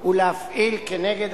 ולהפעיל כנגד